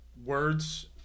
words